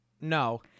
No